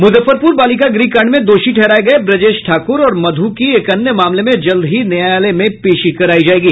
मुजफ्फरपुर बालिका गृह कांड में दोषी ठहराये गये ब्रजेश ठाक्र और मध् की एक अन्य मामले में जल्द ही न्यायालय में पेशी करायी जायेगी